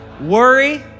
Worry